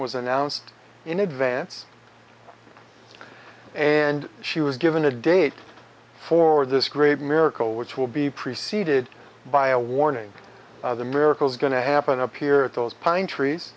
was announced in advance and she was given a date for this great miracle which will be preceded by a warning the miracles going to happen appear at those pine trees